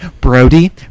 Brody